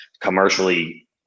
commercially